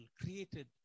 created